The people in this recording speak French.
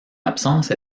absence